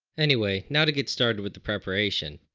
anyway now to get started with the preparation.